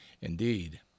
Indeed